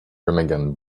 remagen